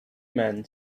men